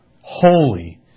holy